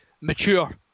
mature